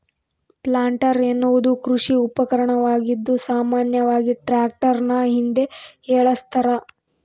planter ಎನ್ನುವುದು ಕೃಷಿ ಉಪಕರಣವಾಗಿದ್ದು ಸಾಮಾನ್ಯವಾಗಿ ಟ್ರಾಕ್ಟರ್ನ ಹಿಂದೆ ಏಳಸ್ತರ